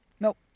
Nope